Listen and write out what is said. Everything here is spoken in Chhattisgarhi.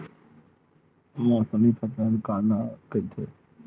मौसमी फसल काला कइथे?